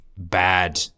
Bad